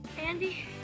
Andy